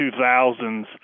2000s